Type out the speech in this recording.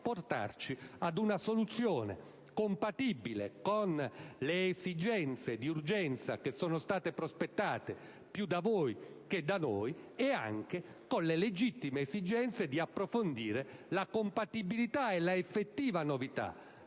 portarci ad una soluzione compatibile con le esigenze di urgenza che sono state prospettate, più da voi che da noi, e anche con le legittime esigenze di approfondire la compatibilità e la effettiva novità